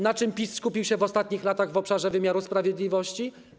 Na czym PiS skupił się w ostatnich latach w obszarze wymiaru sprawiedliwości?